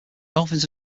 dolphins